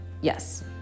yes